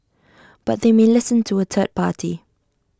but they may listen to A third party